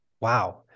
Wow